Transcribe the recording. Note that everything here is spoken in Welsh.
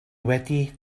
wedi